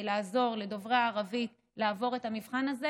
לעזור לדוברי הערבית לעבור את המבחן הזה,